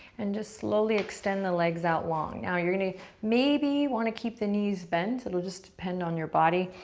and just slowly extend the legs out long. now, you're gonna maybe wanna keep the knees bent, it'll just depend on your body.